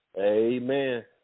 Amen